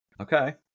Okay